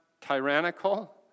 tyrannical